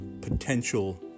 potential